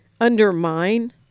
undermine